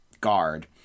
guard